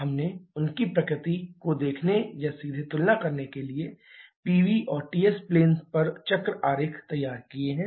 हमने उनकी प्रकृति को देखने या सीधे तुलना करने के लिए Pv और Ts प्लेन पर चक्र आरेख तैयार किए हैं